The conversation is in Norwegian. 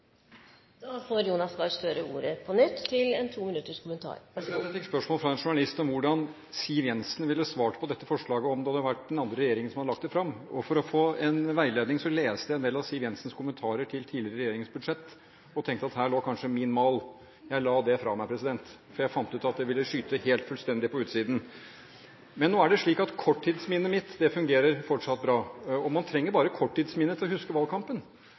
Jeg fikk spørsmål fra en journalist om hvordan Siv Jensen ville svart på dette forslaget om det hadde vært den andre regjeringen som hadde lagt det fram. For å få en veiledning leste jeg en del av Siv Jensens kommentarer til tidligere regjeringers budsjett og tenkte at her lå kanskje min mal. Jeg la det fra meg, for jeg fant ut at det ville være å skyte helt fullstendig på utsiden. Nå er det slik at korttidsminnet mitt fortsatt fungerer bra. Man trenger bare korttidsminnet for å huske valgkampen.